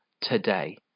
today